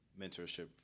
mentorship